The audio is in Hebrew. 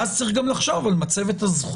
ואז צריך גם לחשוב על מצבת הזכויות,